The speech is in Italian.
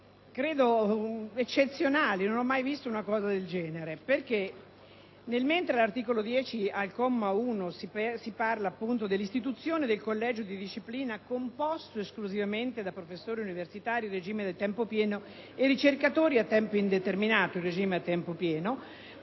eccezionali: non ho mai visto una cosa del genere. Infatti, mentre nell'articolo 10, al comma 1, si parla dell'istituzione del collegio di disciplina composto esclusivamente da professori universitari in regime a tempo pieno e ricercatori a tempo indeterminato in regime a tempo pieno,